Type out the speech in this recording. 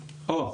--- לא.